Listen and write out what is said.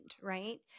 Right